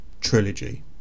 trilogy